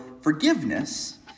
forgiveness